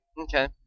Okay